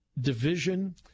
division